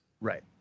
Right